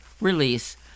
release